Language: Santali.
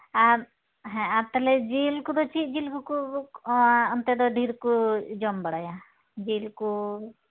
ᱟᱨ ᱦᱮᱸ ᱟᱨ ᱛᱟᱦᱚᱞᱮ ᱡᱤᱞ ᱠᱚᱫᱚ ᱪᱮᱫ ᱡᱤᱞ ᱠᱚᱠᱚ ᱚᱱᱛᱮ ᱫᱚ ᱰᱷᱮᱨ ᱠᱚ ᱡᱚᱢ ᱵᱟᱲᱟᱭᱟ ᱡᱤᱞ ᱠᱚ